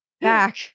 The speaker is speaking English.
back